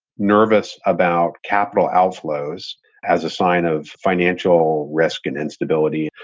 nervous about capital outflows as a sign of financial risk and instability,